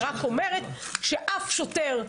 אני רק אומרת שאף שוטר,